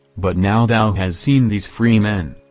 but now thou has seen these free men,